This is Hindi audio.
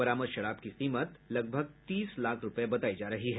बरामद शराब की कीमत लगभग तीस लाख रुपये बतायी जा रही है